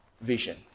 vision